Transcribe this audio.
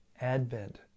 advent